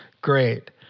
great